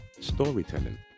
storytelling